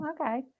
Okay